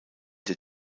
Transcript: der